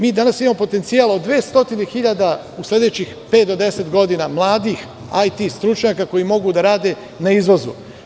Mi danas imamo potencijal od 200 hiljada u sledećih pet do 10 godina mladih IT stručnjaka, koji mogu da rade na izvozu.